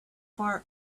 bar